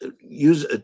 use